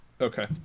Okay